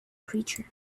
creature